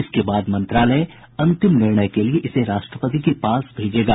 इसके बाद मंत्रालय अंतिम निर्णय के लिये इसे राष्ट्रपति के पास भेजेगा